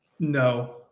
No